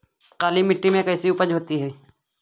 काली मिट्टी में कैसी उपज होती है?